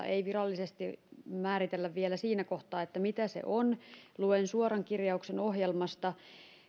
ei virallisesti määritellä vielä siinä kohtaa mitä se on luen suoran kirjauksen ohjelmasta